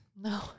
No